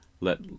let